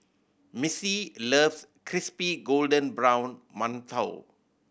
Missy loves crispy golden brown mantou